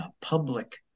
public